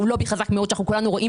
שהיא מהווה לובי חזק מאוד שכולנו רואים